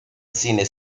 cine